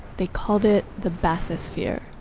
they called it the bathysphere.